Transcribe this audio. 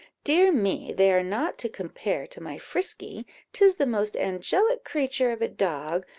dear me! they are not to compare to my frisky tis the most angelic creature of a dog!